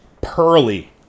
Pearly